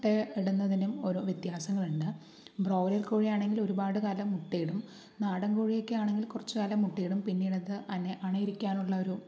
മുട്ടയിടുന്നതിനും ഓരോ വ്യത്യാസങ്ങളുണ്ട് ബ്രോയിലർ കോഴിയാണെങ്കിൽ ഒരുപാട് കാലം മുട്ടയിടും നാടൻ കോഴിയൊക്കെയാണെങ്കിൽ കുറച്ചുകാലം മുട്ടയിടും പിന്നീടത് അടയിരിക്കാനുള്ള ഒരു